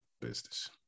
Business